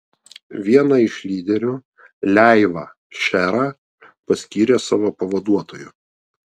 vieną iš lyderių leivą šerą paskyrė savo pavaduotoju